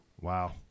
wow